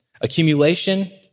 Accumulation